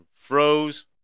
froze